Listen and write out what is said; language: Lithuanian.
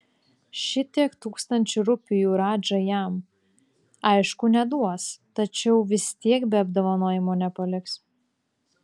šitiek tūkstančių rupijų radža jam aišku neduos tačiau vis tiek be apdovanojimo nepaliks